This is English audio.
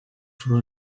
for